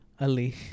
ali